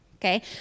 okay